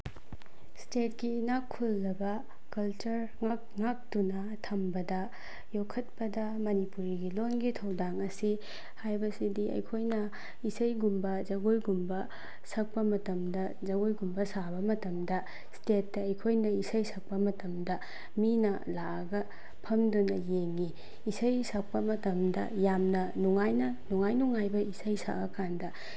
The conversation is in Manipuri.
ꯏꯁꯇꯦꯠꯀꯤ ꯏꯅꯥꯛ ꯈꯨꯜꯂꯕ ꯀꯜꯆꯔ ꯉꯥꯛꯇꯨꯅ ꯊꯝꯕꯗ ꯌꯣꯛꯈꯠꯄꯗ ꯃꯅꯤꯄꯨꯔꯤꯒꯤ ꯂꯣꯜꯒꯤ ꯊꯧꯗꯥꯡ ꯑꯁꯤ ꯍꯥꯏꯕꯁꯤꯗꯤ ꯑꯩꯈꯣꯏꯅ ꯏꯁꯩꯒꯨꯝꯕ ꯖꯒꯣꯏꯒꯨꯝꯕ ꯁꯛꯄ ꯃꯇꯝꯗ ꯖꯒꯣꯏꯒꯨꯝꯕ ꯁꯥꯕ ꯃꯇꯝꯗ ꯏꯁꯇꯦꯠꯇ ꯑꯩꯈꯣꯏꯅ ꯏꯁꯩ ꯁꯛꯄ ꯃꯇꯝꯗ ꯃꯤꯅ ꯂꯥꯛꯑꯒ ꯐꯝꯗꯨꯅ ꯌꯦꯡꯉꯤ ꯏꯁꯩ ꯁꯛꯄ ꯃꯇꯝꯗ ꯌꯥꯝꯅ ꯅꯨꯡꯉꯥꯏꯅ ꯅꯨꯡꯉꯥꯏ ꯅꯨꯡꯉꯥꯏꯕ ꯏꯁꯩ ꯁꯛꯑꯀꯥꯟꯗ